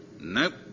Nope